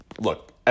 look